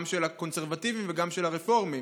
גם של הקונסרבטיבים וגם של הרפורמים.